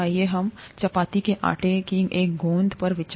आइए हम चपाती के आटे की एक गेंद पर विचार करें